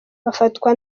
bafatwa